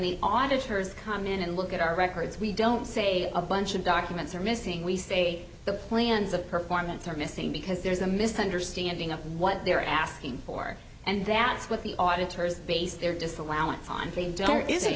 the auditors come in and look at our records we don't say a bunch of documents are missing we say the plans of performance are missing because there's a misunderstanding of what they're asking for and that's what the auditors base their just allow